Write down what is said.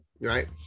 right